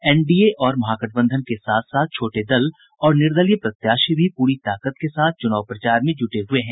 NDA और महागठबंधन के साथ साथ छोटे दल और निर्दलीय प्रत्याशी भी पूरी ताकत के साथ चुनाव प्रचार में जुटे हुए हैं